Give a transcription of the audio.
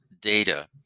data